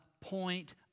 point